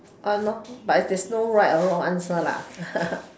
uh no but there's no right or wrong answer lah